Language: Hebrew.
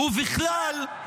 ובכלל,